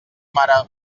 mare